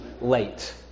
late